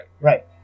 Right